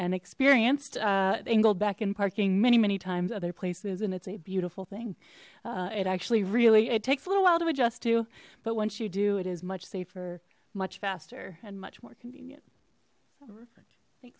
and experienced angled back in parking many many times other places and it's a beautiful thing it actually really it takes a little while to adjust to but once you do it is much safer much faster and much more convenient thank